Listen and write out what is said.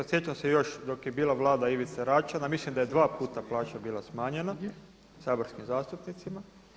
Sjećam se još dok je bila vlada Ivice Račana mislim da je dva puta plaća bila smanjena saborskim zastupnicima.